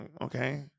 okay